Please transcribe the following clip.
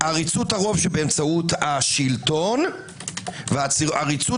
עריצות הרוב שבאמצעות השלטון ועריצות